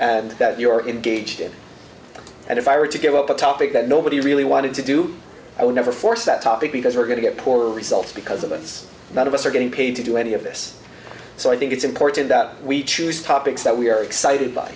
and that you're in gauged in and if i were to give up a topic that nobody really wanted to do i would never force that topic because we're going to get poor results because of it's none of us are getting paid to do any of this so i think it's important that we choose topics that we are excited by